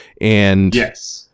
Yes